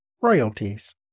Royalties